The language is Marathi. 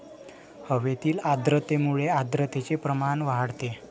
हवेतील आर्द्रतेमुळे आर्द्रतेचे प्रमाण वाढते